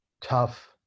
tough